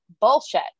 Bullshit